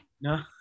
No